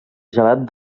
gelat